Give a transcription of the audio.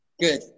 Good